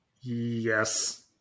Yes